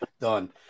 done